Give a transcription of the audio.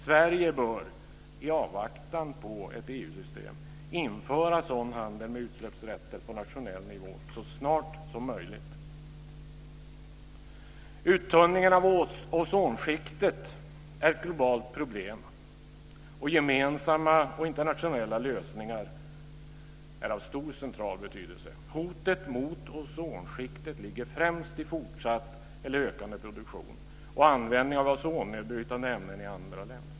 Sverige bör i avvaktan på ett EU-system införa sådan handel med utsläppsrätter på nationell nivå så snart som möjligt. Uttunningen av ozonskiktet är ett globalt problem, och gemensamma och internationella lösningar är av stor central betydelse. Hotet mot ozonskiktet ligger främst i fortsatt eller ökande produktion och användning av ozonnedbrytande ämnen i andra länder.